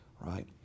right